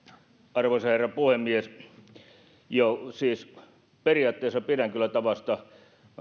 arvoisa herra puhemies siis periaatteessa pidän kyllä tavasta